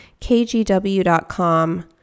kgw.com